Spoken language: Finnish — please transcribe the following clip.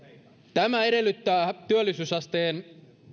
tämä edellyttää työllisyysasteen